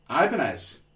Ibanez